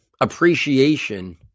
appreciation